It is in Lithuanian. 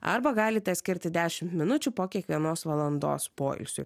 arba galite skirti dešim minučių po kiekvienos valandos poilsiui